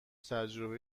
تجربه